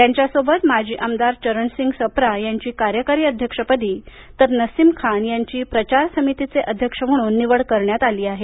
त्यांच्यासोबत माजी आमदार चरणसिंग सप्रा यांची कार्यकारी अध्यक्षपदी तर नसीम खान यांची प्रचार समितीचे अध्यक्ष म्हणून निवड करण्यात आली आहे